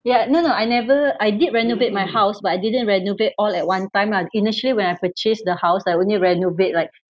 ya no no I never I did renovate my house but I didn't renovate all at one time ah initially when I purchased the house I only renovate like